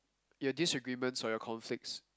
your disagreements or your conflicts